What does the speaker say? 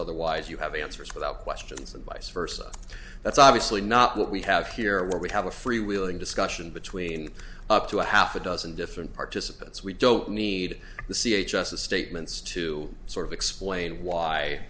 otherwise you have answers without questions and vice versa that's obviously not what we have here where we have a free wheeling discussion between up to a half a dozen different participants we don't need the c h s of statements to sort of explain why